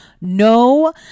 no